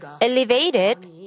elevated